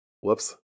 Whoops